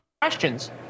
Questions